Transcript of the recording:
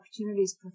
opportunities